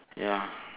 ya